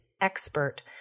expert